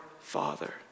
Father